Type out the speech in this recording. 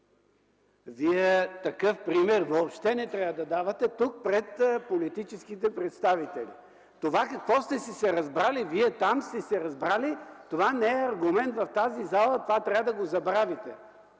Вие въобще не трябва да давате такъв пример тук, пред политическите представители. Това какво сте се разбрали, вие там сте се разбрали. Това не е аргумент в тази зала, това трябва да го забравите.